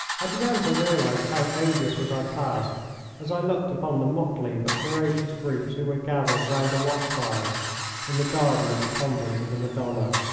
i began to realise how odious was our task as i looked upon the motley but ferocious groups who were gathered round the watch-fires in the garden of the convent of the madonna.